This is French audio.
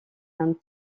inde